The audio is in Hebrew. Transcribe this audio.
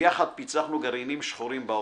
ויחד פיצחנו גרעינים שחורים באוטו.